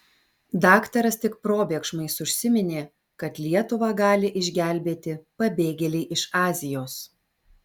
daktaras tik probėgšmais užsiminė kad lietuvą gali išgelbėti pabėgėliai iš azijos